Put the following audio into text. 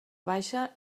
baixa